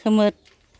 खोमोर